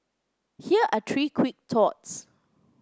here are three quick thoughts